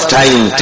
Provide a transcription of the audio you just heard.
time